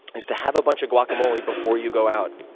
is to have a bunch of guacamole before you go out.